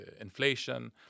inflation